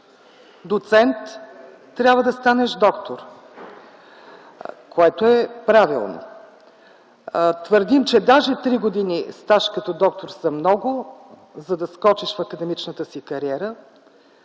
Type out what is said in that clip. доцент трябва да станеш доктор, което е правилно. Твърдим, че даже три години стаж като доктор са много, за да скочиш в академичната си кариера.